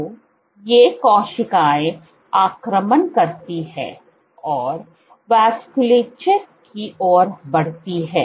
तो ये कोशिकाएँ आक्रमण करती हैं और वास्कुलचर की ओर बढ़ती हैं